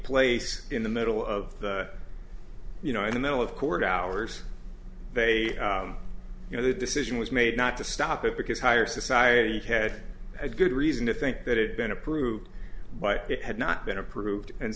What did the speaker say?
place in the middle of the you know in the middle of cord hours they you know the decision was made not to stop it because higher society head had good reason to think that had been approved but it had not been approved and